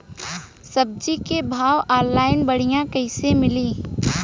सब्जी के भाव ऑनलाइन बढ़ियां कइसे मिली?